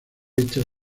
hecha